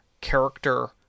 character